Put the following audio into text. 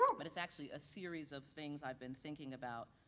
but it's actually a series of things i've been thinking about,